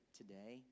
today